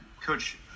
Coach